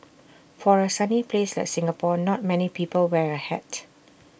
for A sunny place like Singapore not many people wear A hat